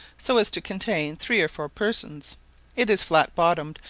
so as to contain three or four persons it is flat-bottomed,